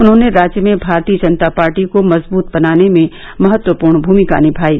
उन्होंने राज्य में भारतीय जनता पार्टी को मजबूत बनाने में महत्वपूर्ण भूमिका निभायी